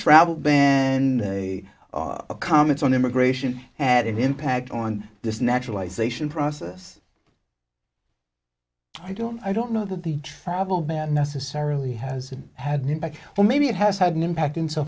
travel ban and comments on immigration and it impact on this naturalization process i don't i don't know that the travel ban necessarily has had an impact well maybe it has had an impact in so